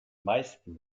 meisten